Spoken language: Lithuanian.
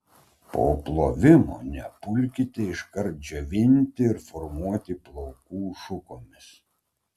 po plovimo nepulkite iškart džiovinti ir formuoti plaukų šukomis